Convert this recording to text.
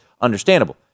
understandable